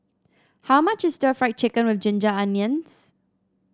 how much is Stir Fried Chicken with Ginger Onions